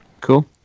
Cool